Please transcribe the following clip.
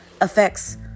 affects